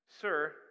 Sir